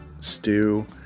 stew